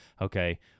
okay